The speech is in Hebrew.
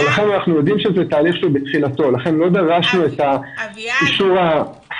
לכן אנחנו יודעים שזה תהליך שהוא בתחילתו לכן לא דרשנו את האישור הסופי.